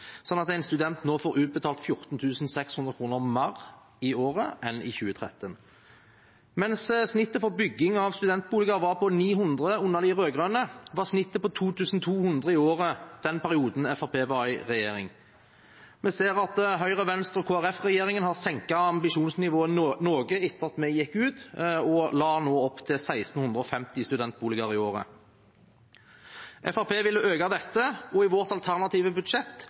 sånn at en student nå får utbetalt 14 600 kr mer i året enn i 2013. Mens snittet for bygging av studentboliger var på 900 under de rødgrønne, var snittet på 2 200 i året den perioden Fremskrittspartiet var i regjering. Vi ser at Høyre-, Venstre- og Kristelig Folkeparti-regjeringen har senket ambisjonsnivået noe etter at vi gikk ut, og nå la opp til 1 650 studentboliger i året. Fremskrittspartiet ville øke dette, og i vårt alternative budsjett